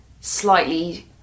slightly